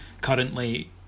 currently